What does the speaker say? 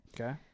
Okay